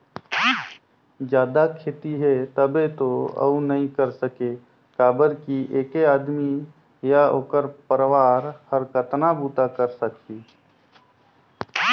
जादा खेती हे तभे तो अउ नइ कर सके काबर कि ऐके आदमी य ओखर परवार हर कतना बूता करे सकही